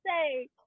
say